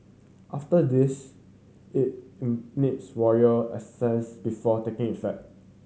after this it needs royal before taking effect